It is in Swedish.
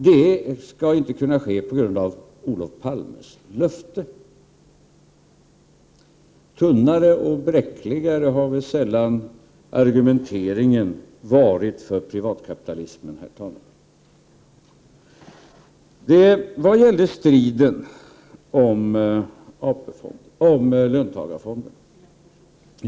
Detta skall inte kunna ske på grund av Olof Palmes löfte, säger man. Tunnare och bräckligare har väl sällan argumenteringen för privatkapitalismen varit, herr talman. Vad gällde striden om löntagarfonderna?